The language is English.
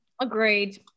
agreed